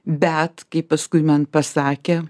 bet kai paskui man pasakė